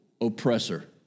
oppressor